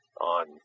on